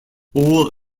all